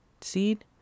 seed